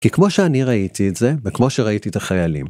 כי כמו שאני ראיתי את זה, וכמו שראיתי את החיילים.